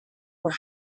were